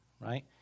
right